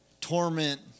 torment